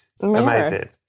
amazing